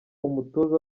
umutoza